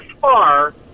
far